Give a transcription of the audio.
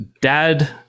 dad